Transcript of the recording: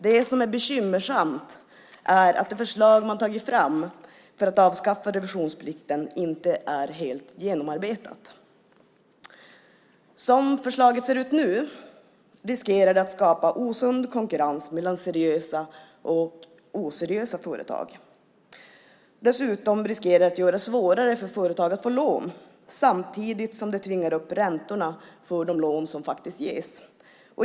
Det som är bekymmersamt är att det förslag man tagit fram för att avskaffa revisionsplikten inte är helt genomarbetat. Som förslaget ser ut nu riskerar det att skapa osund konkurrens mellan seriösa och oseriösa företag. Dessutom riskerar det att göra det svårare för företag att få lån samtidigt som det tvingar upp räntorna för de lån som faktiskt ges.